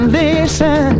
listen